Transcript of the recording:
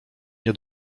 nie